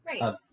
right